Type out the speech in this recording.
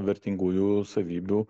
vertingųjų savybių